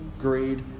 greed